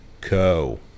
Co